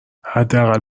حداقل